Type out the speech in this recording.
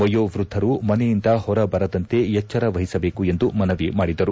ವಯೋವ್ಯದ್ಗರು ಮನೆಯಿಂದ ಹೊರಬರದಂತೆ ಎಚ್ಲರ ವಹಿಸಬೇಕು ಎಂದು ಮನವಿ ಮಾಡಿದರು